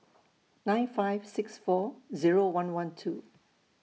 nine five six four Zero one one two